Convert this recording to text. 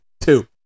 Two